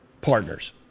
partners